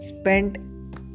spent